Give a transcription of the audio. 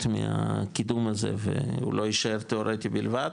מהקידום הזה והוא לא יישאר תאורטי בלבד.